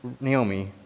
Naomi